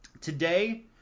today